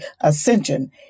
ascension